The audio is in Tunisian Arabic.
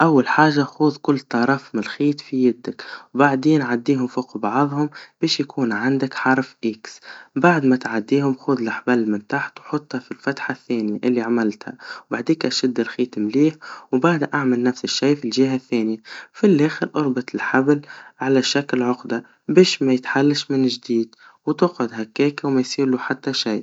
أول حاجا خذ كل طرف مالخيط بيدك, وبعدين عديهم فوق بعضهم, باش يكون عندك حرف إكس, بعد ما تعديهم, خذ لحبال من تحت حطها في الفتحا الثانيا اللي عملتها, وبعديك شد الخيط مليح, وبعدا إعمل نفس الشي في الجها الثانيا, وفالآخر أربط الحبل على شكل عقدا, باش ميتحلش من جديد, وتقعد هكاكا, وما يصيرله حتى شي.